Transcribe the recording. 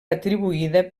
atribuïda